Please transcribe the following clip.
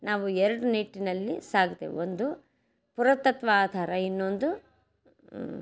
ನಾವು ಎರಡು ನಿಟ್ಟಿನಲ್ಲಿ ಸಾಗ್ತೇವೆ ಒಂದು ಪುರಾತತ್ವ ಆಧಾರ ಇನ್ನೊಂದು